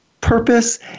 purpose